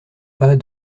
pas